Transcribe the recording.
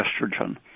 estrogen